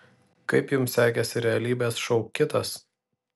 kaip jums sekėsi realybės šou kitas